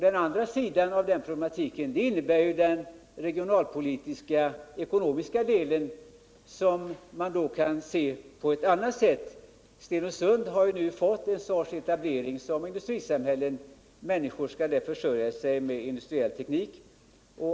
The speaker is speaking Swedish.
Den andra sidan av den problematiken är alltså den regionalpolitiska och ekonomiska delen, som man kan se på ett annat sätt. Stenungsund har nu fått en ställning som industrisamhälle, där människor skall försörja sig med hjälp av industriell teknik.